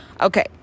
Okay